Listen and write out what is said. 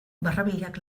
barrabilak